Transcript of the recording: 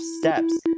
steps